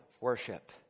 worship